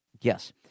Yes